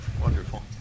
Wonderful